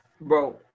Bro